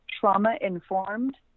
trauma-informed